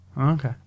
okay